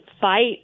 fight